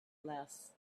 less